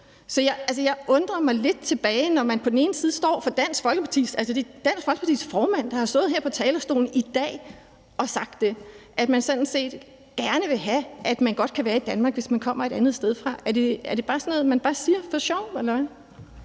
Jeg undrer mig lidt over, at det er Dansk Folkepartis formand, der har stået her på talerstolen i dag og sagt, at man sådan set gerne vil have, at de godt kan være i Danmark, selv om de kommer et andet sted fra. Er det sådan noget, man bare siger for sjov eller hvad?